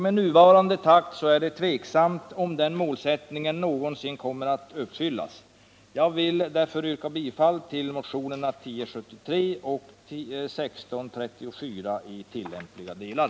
Med nuvarande takt är det tveksamt om den målsättningen någonsin kommer att uppnås. Herr talman! Jag vill yrka bifall till motionerna 1073 och 1634 i tillämpliga delar.